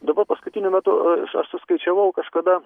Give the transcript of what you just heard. daba paskutiniu metu aš suskaičiavau kažkada